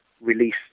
release